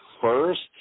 first